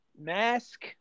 mask